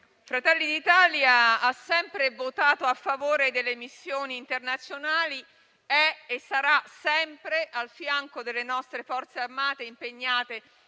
Fratelli d'Italia ha sempre votato a favore delle missioni internazionali e sarà sempre al fianco delle nostre Forze armate impegnate